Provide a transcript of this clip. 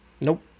Nope